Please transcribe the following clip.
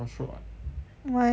why